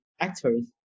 actors